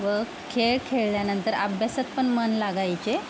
व खेळ खेळल्यानंतर अभ्यासात पण मन लागायचे